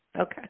Okay